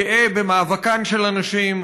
גאה במאבקן של הנשים,